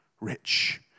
rich